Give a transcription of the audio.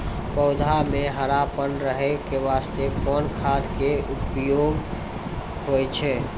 पौधा म हरापन रहै के बास्ते कोन खाद के उपयोग होय छै?